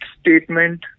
statement